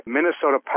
Minnesota